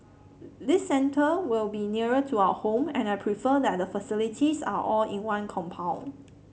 this centre will be nearer to our home and I prefer that the facilities are all in one compound